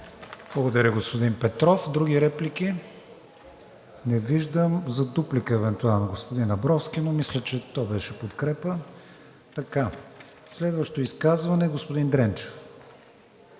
Благодаря, господин Петров. Други реплики? Не виждам. За дуплика евентуално, господин Абровски, но мисля, че то беше подкрепа. Следващо изказване – господин Дренчев.